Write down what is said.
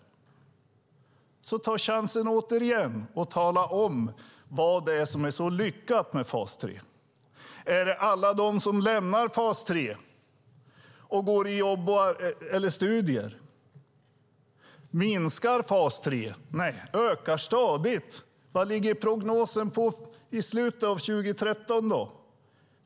Ta chansen återigen att tala om vad det är som är så lyckat med fas 3! Är det alla de som lämnar fas 3 och går till jobb eller studier? Minskar fas 3? Nej, det ökar stadigt. Vad ligger prognosen på för slutet av 2013?